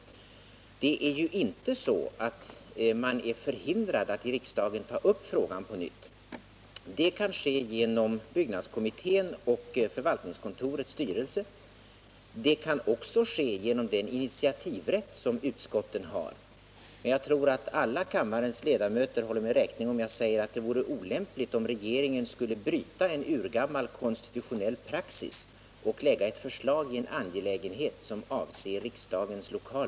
Man är inte förhindrad att i riksdagen ta upp frågan på nytt. Det kan ske genom byggnadskommittén och i förvaltningskontorets styrelse. Det kan också ske genom den initiativrätt som utskotten har. Men jag tror att alla kammarens ledamöter räknar mig det till godo om jag säger, att det vore olämpligt av regeringen att bryta en urgammal konstitutionell praxis genom att lägga fram ett förslag i en angelägenhet som avser riksdagens lokaler.